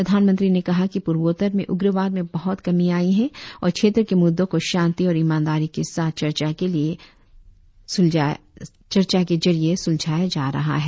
प्रधानमंत्री ने कहा कि पूर्वोत्तर में उग्रवाद में बहुत कमी आई है और क्षेत्र के मुद्दों को शांति और ईमानदारी के साथ चर्चा के लिए जरिए सुलझाया जा रहा है